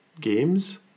games